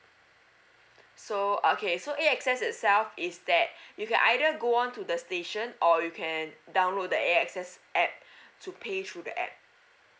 so uh okay so E access itself is that you can either go on to the station or you can download the E access apps to pay through the apps